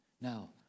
Now